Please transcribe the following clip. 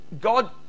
God